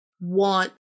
want